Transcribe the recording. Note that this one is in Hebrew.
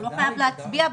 והוא לא חייב להצביע בסופו.